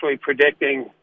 predicting